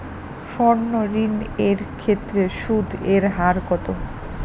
সর্ণ ঋণ এর ক্ষেত্রে সুদ এর হার কত?